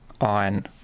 on